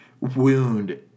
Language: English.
wound